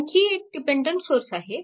आणखी एक dependent source आहे